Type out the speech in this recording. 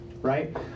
right